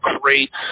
great